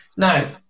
Now